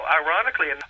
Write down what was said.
ironically